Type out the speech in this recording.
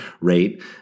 rate